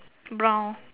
brown